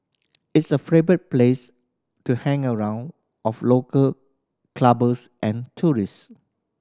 it's a favourite place to hang around of local clubbers and tourist